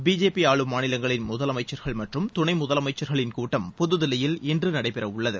BJP ஆளும் மாநிலங்களின் முதலமைச்சர்கள் மற்றும் துணை முதலமைச்சர்களின் கூட்டம் புதுதில்லியில் இன்று நடைபெறவுள்ளது